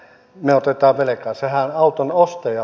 se auton ostajahan maksaa sen